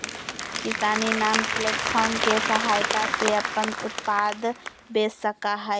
किसान इनाम प्लेटफार्म के सहायता से अपन उत्पाद बेच सका हई